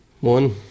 One